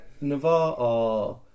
Navarre